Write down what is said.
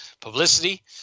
publicity